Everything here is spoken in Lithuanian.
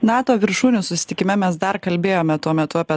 nato viršūnių susitikime mes dar kalbėjome tuo metu apie